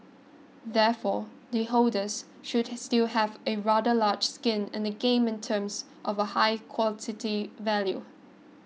therefore the holders should still have a rather large skin in the game in terms of a high quality value